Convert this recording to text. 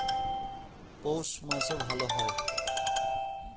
পৌষ মাসে ভালো হয়?